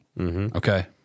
Okay